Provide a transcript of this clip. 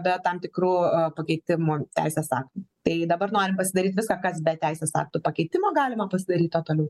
be tam tikrų pakeitimų teisės aktų tai dabar norim pasidaryt viską kas be teisės aktų pakeitimų galima pasidaryt o toliau